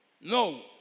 No